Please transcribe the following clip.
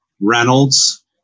Reynolds